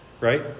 right